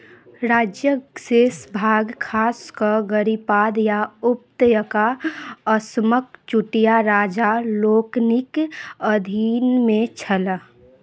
राज्यक शेष भाग खास कऽ गिरिपाद या ऊपत्यका असमके चुटिया राजा लोकनिक अधीनमे छलऽ